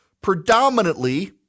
predominantly